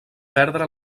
perdre